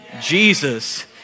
Jesus